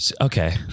Okay